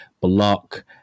block